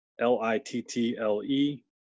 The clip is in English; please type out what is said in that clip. L-I-T-T-L-E